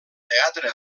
teatre